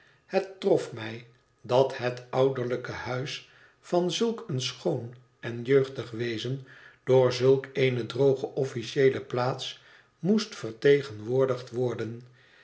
het trof mij dat het ouderlijke huis van zulk een schoon en jeugdig wezen door zulk eene droge officieele plaats moest vertegenwoordigd worden